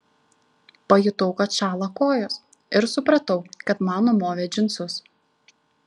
pajutau kad šąla kojos ir supratau kad man numovė džinsus